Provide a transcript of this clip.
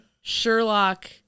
sherlock